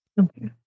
Okay